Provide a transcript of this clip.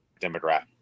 demographic